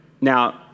Now